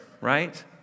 right